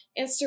Instagram